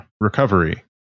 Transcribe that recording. recovery